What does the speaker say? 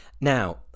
Now